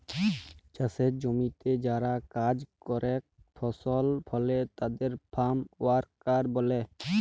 চাসের জমিতে যারা কাজ করেক ফসল ফলে তাদের ফার্ম ওয়ার্কার ব্যলে